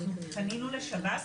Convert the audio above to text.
אנחנו פנינו לשב"ס,